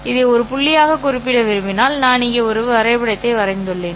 இதை ஒரு புள்ளியாக குறிப்பிட விரும்பினால் நான் இங்கே ஒரு வரைபடத்தை வரைந்துள்ளேன்